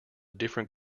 different